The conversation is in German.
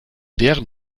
deren